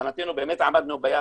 מבחינתנו באמת עמדנו ביעד,